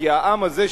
כי העם הזה,